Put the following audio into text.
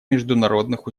международных